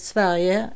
Sverige